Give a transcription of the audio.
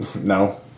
No